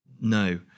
No